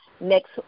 next